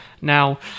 Now